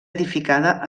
edificada